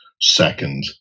second